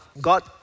God